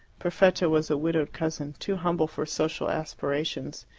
perfetta was a widowed cousin, too humble for social aspirations,